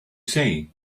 say